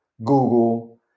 Google